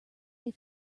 they